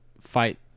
fight